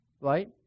right